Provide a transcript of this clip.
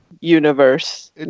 universe